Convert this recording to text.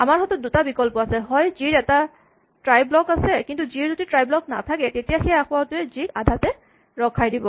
আমাৰ হাতত দুটা বিকল্প আছে হয় জি ৰ এটা ট্ৰাই ব্লক আছে কিন্তু জি ৰ যদি ট্ৰাই ব্লক নাথাকে তেতিয়া এই আসোঁৱাহটোৱে জি ক আধাতে ৰখাই দিব